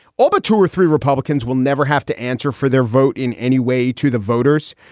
all but two or three republicans will never have to answer for their vote in any way to the voters.